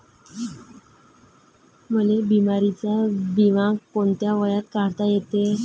मले बिमारीचा बिमा कोंत्या वयात काढता येते?